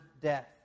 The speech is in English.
death